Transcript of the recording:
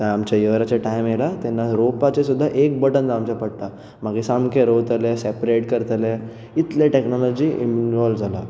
ते आमचे यराचे टायम येयला तेन्ना रोंवपाचें सुद्दां एक बटन दामचे पडटा मागीर सामकें रोंवतले सॅपरेट करतले इतले टॅक्नोलॉजी इनवॉल्व जाला